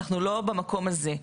אנחנו לא במקום הזה.